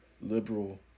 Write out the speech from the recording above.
liberal